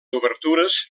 obertures